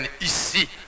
Ici